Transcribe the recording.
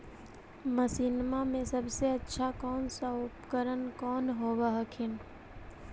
मसिनमा मे सबसे अच्छा कौन सा उपकरण कौन होब हखिन?